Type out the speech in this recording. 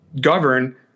govern